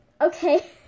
okay